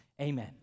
amen